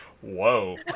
Whoa